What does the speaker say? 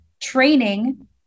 training